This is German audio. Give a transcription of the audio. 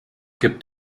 gibt